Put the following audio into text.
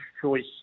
choice